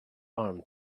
arm